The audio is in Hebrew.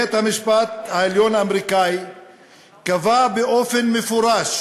בית-המשפט העליון האמריקני קבע באופן מפורש